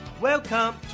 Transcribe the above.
Welcome